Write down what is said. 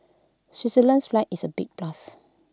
Switzerland's flag is A big plus